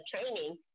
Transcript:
training